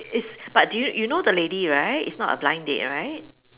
is but d~ you you know the lady right it's not a blind date right